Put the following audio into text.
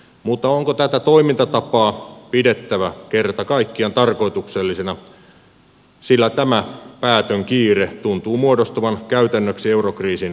mutta onko tätä toimintatapaa pidettävä kerta kaikkiaan tarkoituksellisena sillä tämä päätön kiire tuntuu muodostuvan käytännöksi eurokriisin hoitoyrityksissä